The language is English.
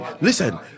listen